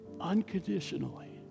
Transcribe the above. unconditionally